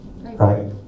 right